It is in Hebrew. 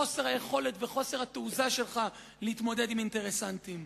בגלל חוסר היכולת וחוסר התעוזה שלך להתמודד עם אינטרסנטים.